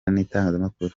n’itangazmakuru